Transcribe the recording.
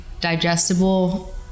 digestible